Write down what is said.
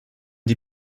die